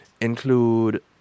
include